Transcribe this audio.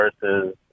versus